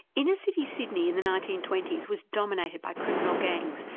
inner city sydney in the nineteen twenty s was dominated by criminal gangs,